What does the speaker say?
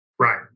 Right